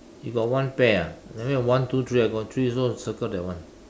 you got one pair ah that mean one two three I got three also circle that one